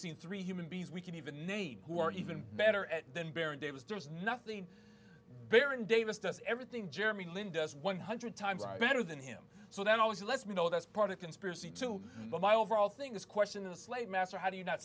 seen three human beings we can even name who are even better at than baron davis does nothing baron davis does everything jeremy lin does one hundred times better than him so that always lets me know that's part of conspiracy too but my overall thing is question the slave master how do you not